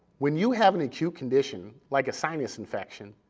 when you have an acute condition, like a sinus infection,